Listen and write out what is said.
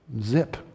Zip